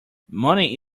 money